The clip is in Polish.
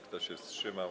Kto się wstrzymał?